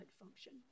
function